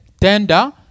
tender